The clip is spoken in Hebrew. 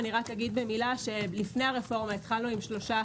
רק אומר במילה שלפני הרפורמה התחלנו עם שלושה